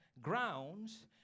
grounds